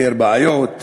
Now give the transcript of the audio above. פותר בעיות,